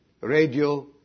radio